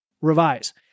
revise